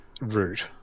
root